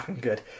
good